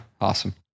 Awesome